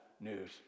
news